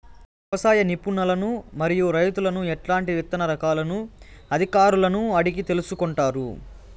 వ్యవసాయ నిపుణులను మరియు రైతులను ఎట్లాంటి విత్తన రకాలను అధికారులను అడిగి తెలుసుకొంటారు?